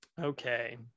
okay